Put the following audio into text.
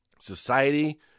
Society